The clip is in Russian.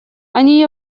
они